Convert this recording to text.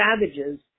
savages